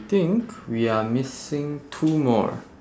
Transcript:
I think we are missing two more